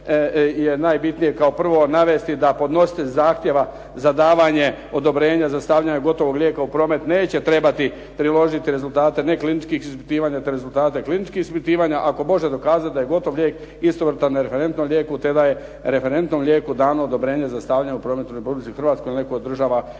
je najbitnije kao prvo navesti da podnositelj zahtjeva za davanje odobrenja za stavljanje gotovog lijeka u promet neće trebati priložiti rezultate nekliničkih ispitivanja te rezultate kliničkih ispitivanja, ako može dokazati da je gotov lijek istovrstan referentnom lijeku te da je referentnom lijeku dano odobreno za stavljanje u promet u Republici Hrvatskoj ili neku od država Europske